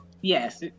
Yes